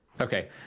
okay